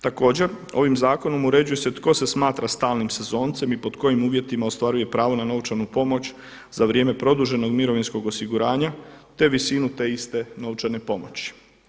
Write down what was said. Također ovim zakonom uređuje se tko se smatra stalnim sezoncem i pod kojim uvjetima ostvaruje pravo na novčanu pomoć za vrijeme produženog mirovinskog osiguranja te visinu te iste novčane pomoći.